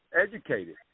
educated